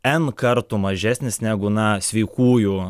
n kartų mažesnis negu na sveikųjų